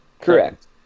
Correct